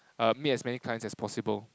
uh meet as many clients as possible